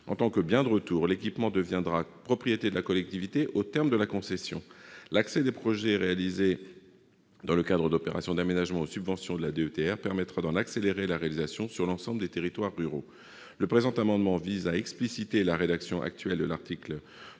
De plus, en retour, l'équipement deviendra propriété de la collectivité au terme de la concession. L'accès des projets réalisés dans le cadre d'opérations d'aménagement aux subventions de la DETR permettra d'en accélérer la réalisation sur l'ensemble des territoires ruraux. Le présent amendement vise à expliciter la rédaction actuelle de l'article L.